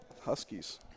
Huskies